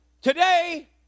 Today